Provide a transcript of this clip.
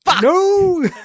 no